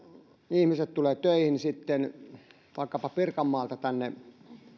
ihmiset tulevat töihin vaikkapa pirkanmaalta tänne